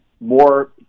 more